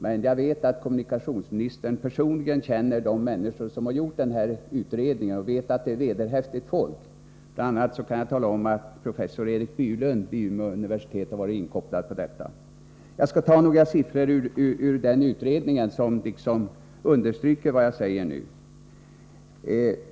Men jag vet att kommunikationsministern personligen känner de personer som gjort denna utredning och vet att det är vederhäftigt folk. Bl. a. kan jag tala om att professor Erik Bylund vid Umeå universitet har varit inkopplad på detta. Jag skall nämna några siffror ur utredningen som understryker vad jag nu säger.